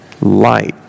Light